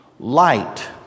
Light